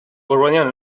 rejoignant